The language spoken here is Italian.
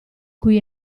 cui